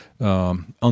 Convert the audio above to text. on